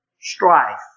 strife